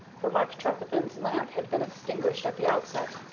for mark trefethen's lamp had been extinguished at the outset,